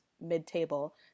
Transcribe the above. mid-table